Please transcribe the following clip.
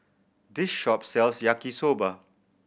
this shop sells Yaki Soba